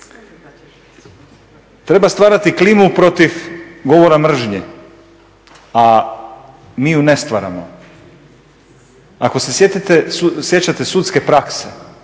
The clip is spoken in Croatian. Treba stvarati klimu protiv govora mržnje, a mi ju ne stvaramo. Ako se sjećate sudske prakse